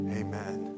amen